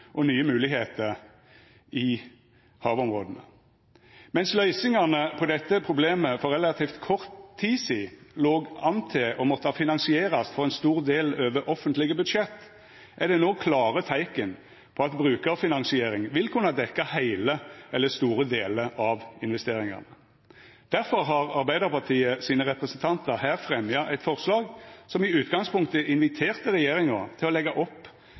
skapa nye moglegheiter i havområda. Medan løysingane på dette problemet for relativt kort tid sidan låg an til å måtta finansierast for ein stor del over offentlege budsjett, er det no klare teikn på at brukarfinansiering vil kunna dekkja heile eller store deler av investeringane. Difor har Arbeidarpartiets representantar her fremja eit forslag som i utgangspunktet inviterte regjeringa til å leggja opp